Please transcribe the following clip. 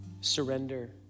surrender